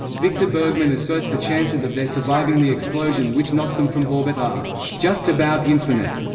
victor bergman asserts the chances of their surviving the explosion which knocked them from orbit are just about infinite.